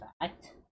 fact